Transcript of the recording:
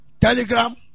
Telegram